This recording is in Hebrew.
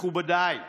מכובדיי,